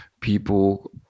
people